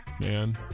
man